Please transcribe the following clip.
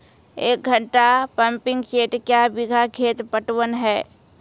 एक घंटा pumping set क्या बीघा खेत पटवन है तो?